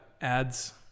ads